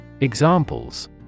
Examples